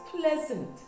pleasant